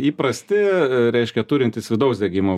įprasti reiškia turintys vidaus degimo